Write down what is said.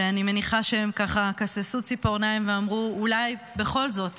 אני מניחה שהם כססו ציפורניים ואמרו: אולי בכל זאת